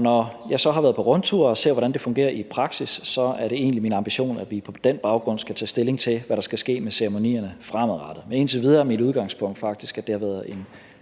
Når jeg så har været på rundtur og set, hvordan det fungerer i praksis, er det egentlig min ambition, at vi på den baggrund skal tage stilling til, hvad der skal ske med ceremonierne fremadrettet. Men indtil videre er mit udgangspunkt faktisk, at det har været en